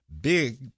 big